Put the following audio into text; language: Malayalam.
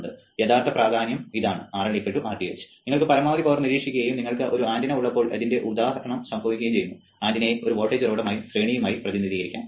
യഥാർത്ഥ പ്രാധാന്യം ഇതാണ് RL Rth നിങ്ങൾക്ക് പരമാവധി പവർ നിരീക്ഷിക്കുകയും നിങ്ങൾക്ക് ഒരു ആന്റിന ഉള്ളപ്പോൾ ഇതിന്റെ ഉദാഹരണം സംഭവിക്കുകയും ചെയ്യുന്നു ആന്റിനയെ ഒരു വോൾട്ടേജ് ഉറവിടമായും ശ്രേണിയായും പ്രതിനിധീകരിക്കാം